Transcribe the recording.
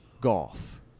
golf